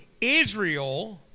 Israel